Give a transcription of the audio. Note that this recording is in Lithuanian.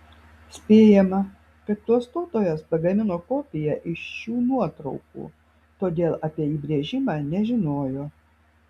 spėjama kad klastotojas pagamino kopiją iš šių nuotraukų todėl apie įbrėžimą nežinojo